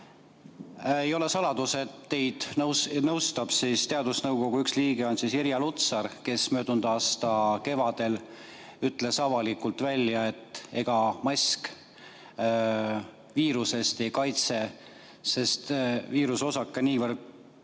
Ei ole saladus, et teid nõustab ka teadusnõukoja liige Irja Lutsar, kes möödunud aasta kevadel ütles avalikult välja, et ega mask viiruse eest ei kaitse, sest viiruseosake on niivõrd